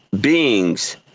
beings